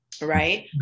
Right